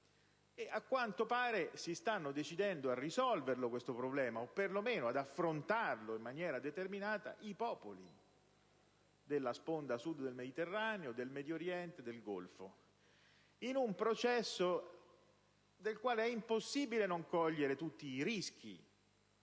A quanto pare, si stanno decidendo a risolverlo, o perlomeno ad affrontarlo in maniera determinata, i popoli della sponda Sud del Mediterraneo, del Medio Oriente e del Golfo, in un processo del quale è impossibile non cogliere tutti i rischi,